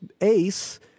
ACE